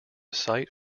site